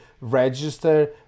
register